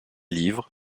livres